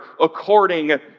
according